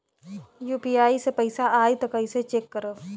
UPI से पैसा आई त कइसे चेक करब?